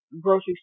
grocery